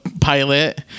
pilot